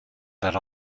that